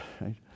right